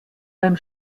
beim